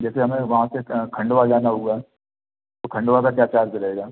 जैसे हमें वहाँ से खण्डवा जाना हुआ तो खण्डवा का क्या चार्ज रहेगा